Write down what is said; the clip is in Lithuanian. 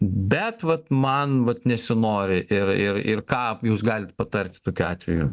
bet vat man vat nesinori ir ir ir ką jūs galit patart tokiu atveju